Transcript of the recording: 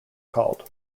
called